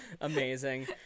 amazing